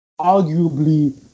arguably